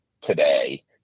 today